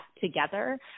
together